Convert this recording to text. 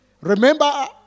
Remember